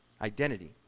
identity